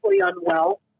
unwell